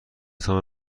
تان